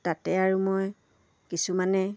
তাতে আৰু মই কিছুমানে